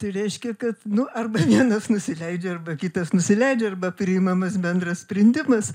tai reiškia kad nu arba vienas nusileidžia arba kitas nusileidžia arba priimamas bendras sprendimas